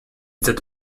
that